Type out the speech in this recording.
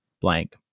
blank